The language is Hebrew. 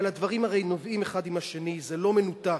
אבל הדברים הרי נובעים אחד מהשני, זה לא מנותק.